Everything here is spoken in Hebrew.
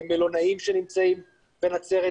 מלונאים שנמצאים בנצרת,